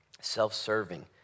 self-serving